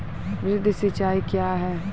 वृहद सिंचाई कया हैं?